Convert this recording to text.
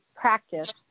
practice